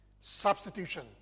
substitution